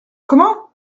comment